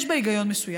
שיש בה היגיון מסוים.